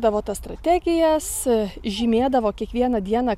tavo tas strategijas žymėdavo kiekvieną dieną